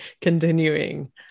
continuing